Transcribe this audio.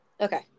Okay